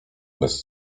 bez